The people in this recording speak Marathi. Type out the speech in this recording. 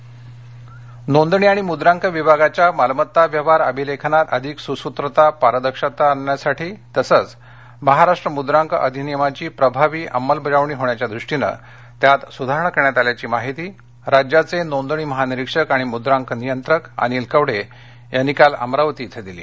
मद्रांक अमरावती नोंदणी आणि मुद्रांक विभागाच्या मालमत्ता व्यवहार अभिलेखनात अधिक सुसूत्रता पारदर्शकता आणण्यासाठी तसंच महाराष्ट्र मुद्रांक अधिनियमाची प्रभावी अंमलबजावणी होण्याच्या दृष्टीनं त्यात सुधारणा करण्यात आल्याची माहिती राज्याचे नोंदणी महानिरीक्षक आणि मुद्रांक नियंत्रक अनिल कवडे यांनी अमरावती इथं काल दिली